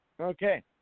Okay